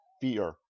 fear